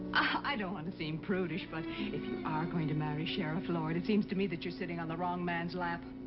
i don't want to seem prudish, but if you are going to marry sheriff lord, it seems to me that you're sitting on the wrong man's lap.